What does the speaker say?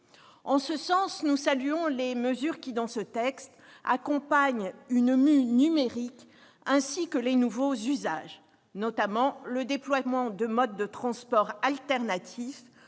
En ce sens, nous saluons les mesures qui, dans ce texte, accompagnent la mue numérique, ainsi que les nouveaux usages, notamment le déploiement de modes de transport alternatifs,